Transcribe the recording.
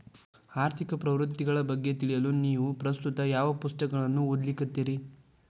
ಆರ್ಥಿಕ ಪ್ರವೃತ್ತಿಗಳ ಬಗ್ಗೆ ತಿಳಿಯಲು ನೇವು ಪ್ರಸ್ತುತ ಯಾವ ಪುಸ್ತಕಗಳನ್ನ ಓದ್ಲಿಕತ್ತಿರಿ?